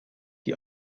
die